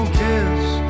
kiss